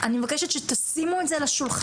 אני מבקשת שתשימו את זה על השולחן.